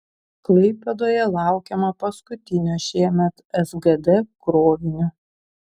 klaipėdoje laukiama paskutinio šiemet sgd krovinio